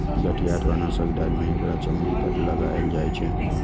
गठिया अथवा नसक दर्द मे एकरा चमड़ी पर लगाएल जाइ छै